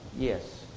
Yes